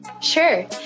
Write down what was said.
Sure